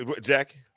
Jackie